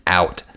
out